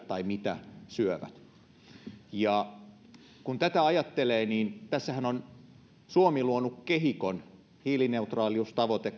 tai mitä suomalaiset syövät kun tätä ajattelee tässähän on suomi luonut kehikon hiilineutraaliustavoite